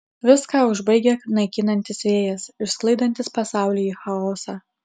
viską užbaigia naikinantis vėjas išsklaidantis pasaulį į chaosą